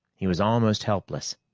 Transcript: he was almost helpless,